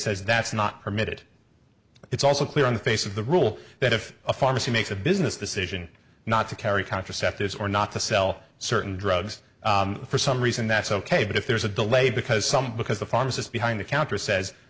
says that's not permitted it's also clear on the face of the rule that if a pharmacy makes a business decision not to carry contraceptives or not to sell certain drugs for some reason that's ok but if there's a delay because some because the pharmacist behind the counter says